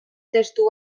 testu